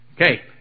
Okay